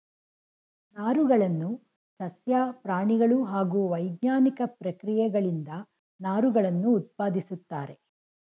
ನಾರುಗಳನ್ನು ಸಸ್ಯ ಪ್ರಾಣಿಗಳು ಹಾಗೂ ವೈಜ್ಞಾನಿಕ ಪ್ರಕ್ರಿಯೆಗಳಿಂದ ನಾರುಗಳನ್ನು ಉತ್ಪಾದಿಸುತ್ತಾರೆ